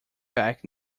back